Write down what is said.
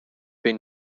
been